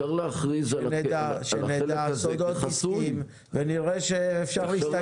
שנדע על סודות עסקיים ונראה שאפשר להסתכל.